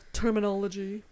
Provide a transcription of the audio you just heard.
terminology